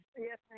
Yes